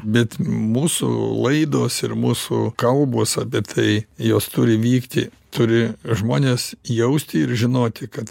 bet mūsų laidos ir mūsų kalbos apie tai jos turi vykti turi žmonės jausti ir žinoti kad